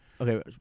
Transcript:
Okay